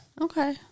Okay